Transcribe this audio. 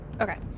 okay